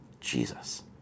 Jesus